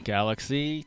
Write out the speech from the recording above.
Galaxy